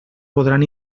podran